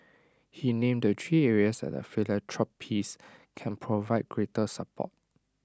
he named the three areas that philanthropists can provide greater support